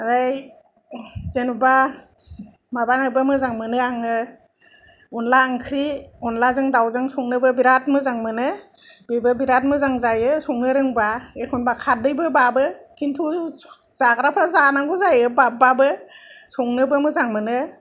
ओमफ्राय जेन'बा माबानोबो मोजां मोनो आङो अनद्ला ओंख्रि अनद्लाजों दाउजों संनोबो बिराद मोजां मोनो बेबो बिराद मोजां जायो संनो रोंबा एखमबा खारदैबो बाबो खिन्थु जाग्राफ्रा जानांगौ जायो बाबब्लाबो संनोबो मोजां मोनो